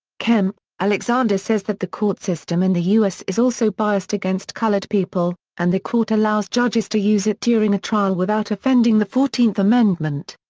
kemp alexander says that the court system in the u s. is also biased against colored people, and the court allows judges to use it during a trial without offending the fourteenth amendment.